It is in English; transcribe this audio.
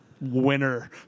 winner